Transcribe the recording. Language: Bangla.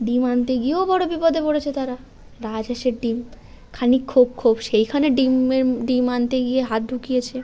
ডিম আনতে গিয়েও বড় বিপদে পড়েছে তারা রাজহাঁসের ডিম খানিক খোপ খোপ সেইখানে ডিম এর ডিম আনতে গিয়ে হাত ঢুকিয়েছে